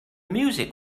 music